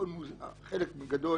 חלק גדול